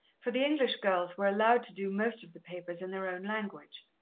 for the english girls were allowed to do most of the papers in their own language.